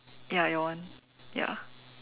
ya your one ya